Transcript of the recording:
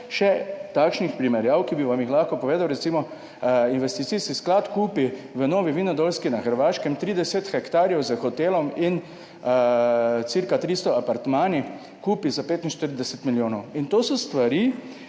še takšnih primerjav, ki bi vam jih lahko povedal. Recimo, investicijski sklad kupi v Novem Vinodolskem na Hrvaškem 30 hektarjev, s hotelom in ca 300 apartmaji, za 45 milijonov. In to so te stvari.